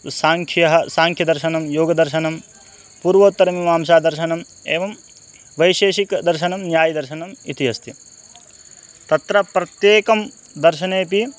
साङ्ख्यः साङ्ख्यदर्शनं योगदर्शनं पूर्वोत्तरमिवांशादर्शनम् एवं वैशेषिकदर्शनं न्यायदर्शनम् इति अस्ति तत्र प्रत्येकं दर्शनेऽपि